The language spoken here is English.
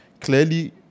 clearly